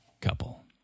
couple